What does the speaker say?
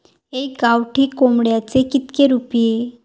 एका गावठी कोंबड्याचे कितके रुपये?